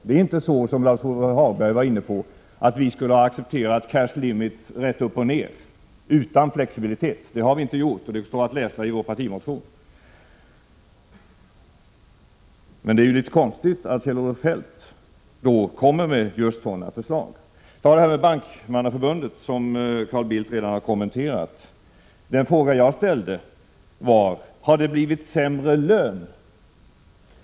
Det är inte som Lars-Ove Hagberg sade: att vi har accepterat cash limits rätt upp och ned utan flexibilitet. Det har vi inte gjort, och om detta står det att läsa i vår partimotion. Det är ju litet konstigt att Kjell-Olof Feldt kommer med just sådana förslag. Ta det här med Bankmannaförbundet, som Carl Bildt redan har kommenterat. Den fråga som jag ställde löd: Har det blivit sämre lön?